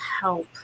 help